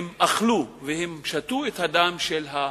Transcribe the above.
הם אכלו והם שתו את הדם של המיעוט.